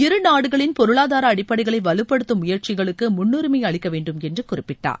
இருநாடுகளின் பொருளாதார அடிப்படைகளை வலுப்படுத்தும் முயற்சிகளுக்கு முன்னுரிமை அளிக்க வேண்டுமென்று குறிப்பிட்டார்